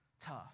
tough